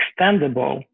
extendable